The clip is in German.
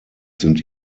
sind